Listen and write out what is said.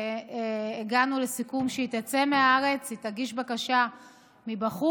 הגענו לסיכום שהיא תצא מהארץ, היא תגיש בקשה מבחוץ